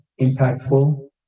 impactful